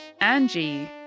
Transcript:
Angie